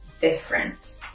different